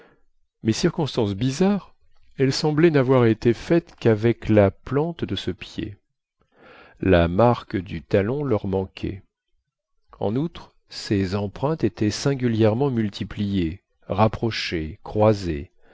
mais circonstance bizarre elles semblaient n'avoir été faites qu'avec la plante de ce pied la marque du talon leur manquait en outre ces empreintes étaient singulièrement multipliées rapprochées croisées